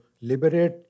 liberate